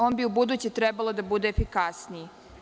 On bi ubuduće trebalo da bude efikasniji.